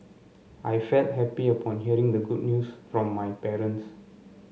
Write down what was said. I felt happy upon hearing the good news from my parents